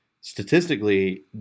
statistically